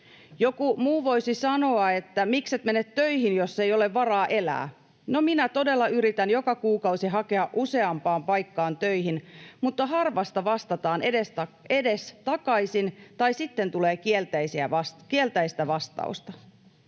Joku muu voisi sanoa, että mikset mene töihin, jos ei ole varaa elää. No, minä todella yritän joka kuukausi hakea useampaan paikkaan töihin, mutta harvasta vastataan edes takaisin tai sitten tulee kielteistä vastausta.